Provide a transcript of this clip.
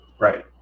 Right